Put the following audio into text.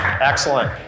excellent